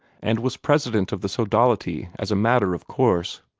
and was president of the sodality as a matter of course.